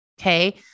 Okay